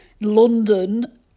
London